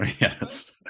Yes